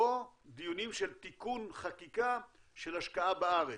או דיונים של תיקון חקיקה של השקעה בארץ.